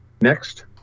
Next